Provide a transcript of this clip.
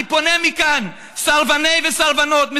אני פונה מכאן: סרבני וסרבניות גט,